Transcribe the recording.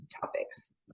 topics